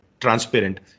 transparent